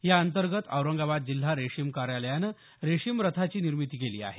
या अंतर्गत औरंगाबाद जिल्हा रेशीम कार्यालयानं रेशीम रथाची निर्मिती केली आहे